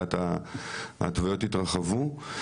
ולאט-לאט ההתוויות התרחבו.